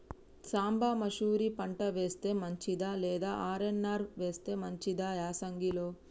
సాంబ మషూరి పంట వేస్తే మంచిదా లేదా ఆర్.ఎన్.ఆర్ వేస్తే మంచిదా యాసంగి లో?